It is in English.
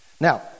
Now